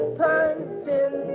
punching